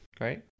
right